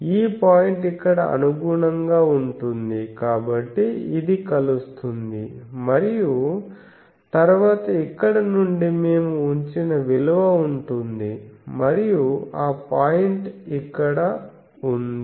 ఈ పాయింట్ ఇక్కడ అనుగుణంగా ఉంటుంది కాబట్టి ఇది కలుస్తుంది మరియు తరువాత ఇక్కడ నుండి మేము ఉంచిన విలువ ఉంటుంది మరియు ఆ పాయింట్ ఇక్కడ ఉంది